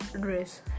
dress